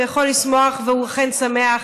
הוא יכול לשמוח, והוא אכן שמח.